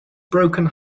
broken